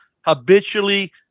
habitually